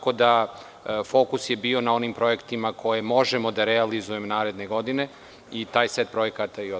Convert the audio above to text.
Fokus je bio na onim projektima koje možemo da realizujemo naredne godine i taj set projekata je odabran.